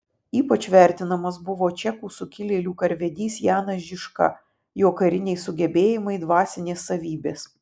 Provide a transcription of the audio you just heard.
ypač vertinamas buvo čekų sukilėlių karvedys janas žižka jo kariniai sugebėjimai dvasinės savybės